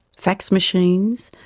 fax machines,